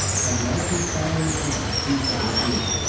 and like his sire in arms he shall appear.